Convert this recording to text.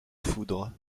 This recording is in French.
foudre